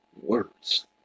words